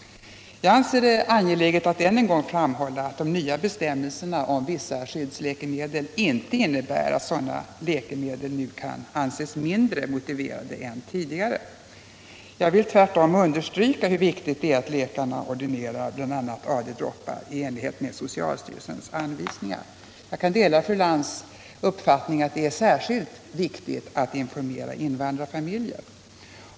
Jag anser det angeläget att än en gång framhålla att de nya bestämmelserna — Nr 60 om vissa skyddsläkemedel inte innebär att sådana läkemedel nu kan anses Fredagen den mindre motiverade än tidigare. Jag vill tvärtom understryka hur viktigt det är 13 januari 1978 att läkarna ordinerar bl.a. AD-droppar i enlighet med socialstyrelsens anvisningar. Jag kan dela fru Lantz uppfattning att det är särskilt viktigt att informera invandrarfamiljer.